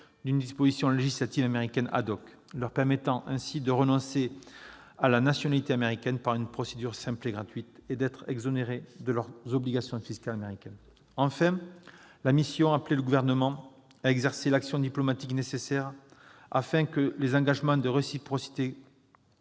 d'une disposition législative américaine, que les Américains accidentels puissent renoncer à la nationalité américaine par une procédure simple et gratuite ou être exonérés de leurs obligations fiscales américaines. Enfin, la mission appelait le Gouvernement à exercer l'action diplomatique nécessaire pour que soient tenus les engagements de réciprocité